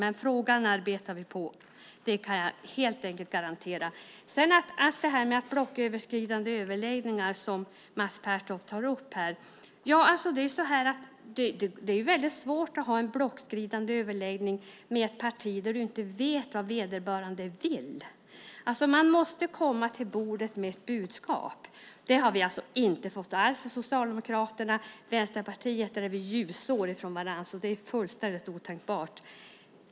Men jag kan garantera att vi arbetar med frågan. Mats Pertoft tog upp frågan om blocköverskridande överläggningar. Det är svårt att ha en blocköverskridande överläggning med ett parti där du inte vet vad vederbörande vill. Man måste komma till bordet med ett budskap. Det har vi inte fått från Socialdemokraterna. Vi är ljusår från Vänsterpartiet. Det är fullständigt otänkbart.